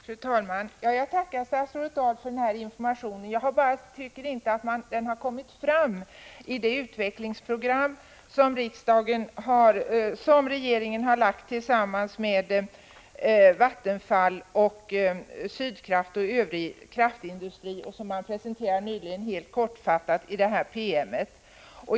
Fru talman! Jag tackar statsrådet Dahl för den informationen. Jag tycker att den inte har kommit fram i den kortfattade PM som helt nyligen presenterades om det utvecklingsprogram som regeringen har antagit tillsammans med Vattenfall, Sydkraft och övrig kraftindustri.